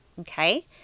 Okay